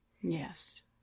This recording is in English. Yes